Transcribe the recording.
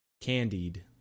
Candied